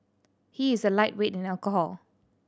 he is a lightweight in alcohol